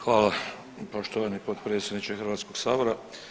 Hvala poštovani potpredsjedniče Hrvatskog sabora.